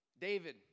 David